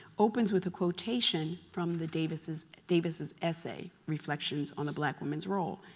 opens with a quotation from the davis' davis' essay, reflections on the black woman's role.